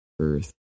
earth